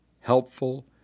helpful